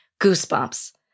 Goosebumps